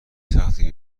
سخته